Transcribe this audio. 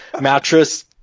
mattress